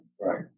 right